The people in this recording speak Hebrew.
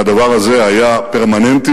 שהדבר הזה היה פרמננטי,